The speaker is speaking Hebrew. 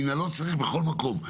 מינהלות צריך בכל מקום,